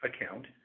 account